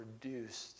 produced